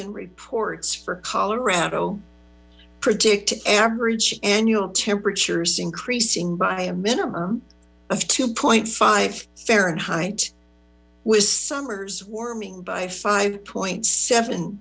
and reports for colorado predict average annual temperatures increasing by a minimum of two point five fahrenheit with summers warming by five point seven